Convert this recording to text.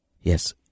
Yes